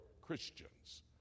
Christians